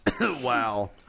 Wow